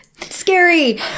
scary